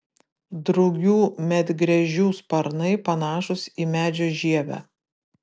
drugių medgręžių sparnai panašūs į medžio žievę